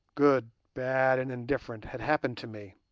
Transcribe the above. good, bad, and indifferent, had happened to me.